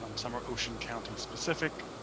um summer ocean county specific.